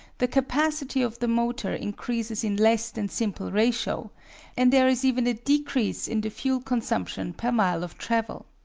the capacity of the motor increases in less than simple ratio and there is even a decrease in the fuel consumption per mile of travel.